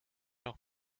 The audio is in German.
noch